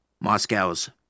Moscow's